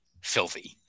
filthy